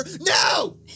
No